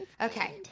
Okay